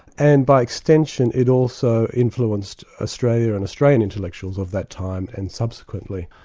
and by extension, it also influenced australia and australian intellectuals of that time and subsequently.